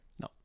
No